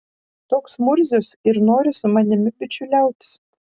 toks murzius ir nori su manimi bičiuliautis